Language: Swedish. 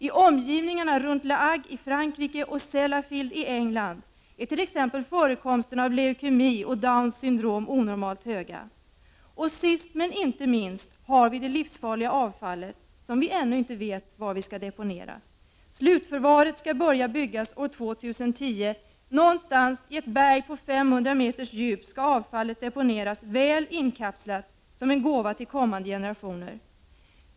I omgivningarna runt La Hague i Frankrike och Sellafield i England är t.ex. förekomsten av leukemi och Downs syndrom onormalt hög. Sist men inte minst har vi det livsfarliga avfallet, som vi ännu inte vet var vi skall deponera. Slutförvaret skall börjas byggas år 2010. Någonstans i ett berg på 500 meters djup skall avfallet deponeras väl inkapslat som en gåva till kommande generationer.